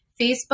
Facebook